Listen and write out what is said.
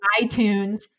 iTunes